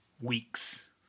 weeks